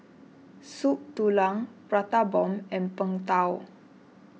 Soup Tulang Prata Bomb and Png Tao